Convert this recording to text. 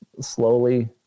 slowly